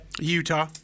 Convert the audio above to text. Utah